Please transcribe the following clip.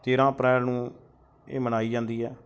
ਤੇਰ੍ਹਾਂ ਅਪ੍ਰੈਲ ਨੂੰ ਇਹ ਮਨਾਈ ਜਾਂਦੀ ਹੈ